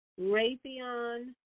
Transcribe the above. Raytheon